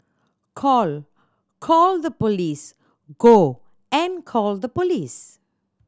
call call the police go and call the police